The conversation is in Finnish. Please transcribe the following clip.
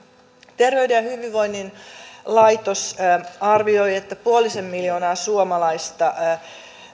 terveyden ja hyvinvoinnin laitos arvioi että puolisen miljoonaa suomalaista